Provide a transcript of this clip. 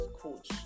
coach